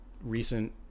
recent